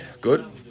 Good